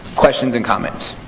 questions and comments?